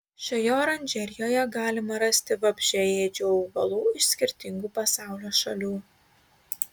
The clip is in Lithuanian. šioje oranžerijoje galima rasti vabzdžiaėdžių augalų iš skirtingų pasaulio šalių